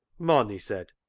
mon, he said,